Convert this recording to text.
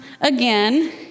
again